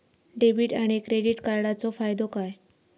Debit आणि credit कार्डचो फायदो काय?